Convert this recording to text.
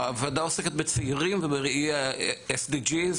הוועדה עוסקת בצעירים ובראי ה-SDG,